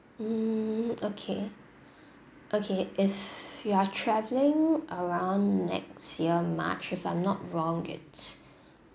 um okay okay if you are travelling around next year march if I'm not wrong it's